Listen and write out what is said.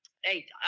hey